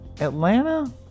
Atlanta